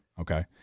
Okay